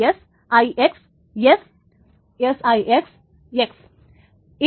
IS IX S SIX X